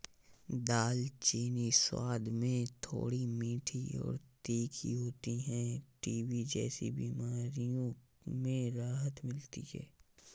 दालचीनी स्वाद में थोड़ी मीठी और तीखी होती है टीबी जैसी बीमारियों में राहत मिलती है